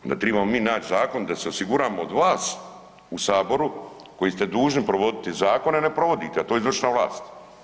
Onda tribamo mi naći zakon da se osiguramo od vas u saboru koji ste dužni provoditi zakone, a ne provodite, a to je izvršna vlast.